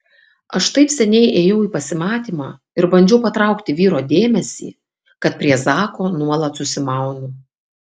aš taip seniai ėjau į pasimatymą ir bandžiau patraukti vyro dėmesį kad prie zako nuolat susimaunu